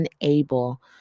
unable